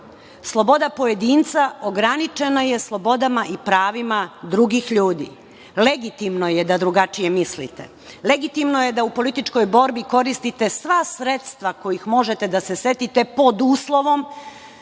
Sloboda pojedinca ograničena je slobodama i pravima drugih ljudi. Legitimno je da drugačije mislite, legitimno je da u političkoj borbi koriste sva sredstva kojih možete da se setite, pod uslovom